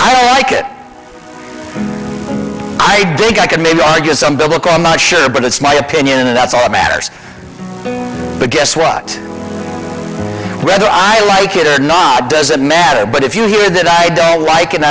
doing like it i think i could maybe get some to look i'm not sure but it's my opinion and that's all that matters but guess what whether i like it or not doesn't matter but if you hear that i don't like and